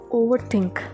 overthink